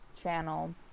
channel